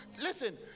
Listen